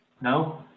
No